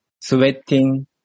sweating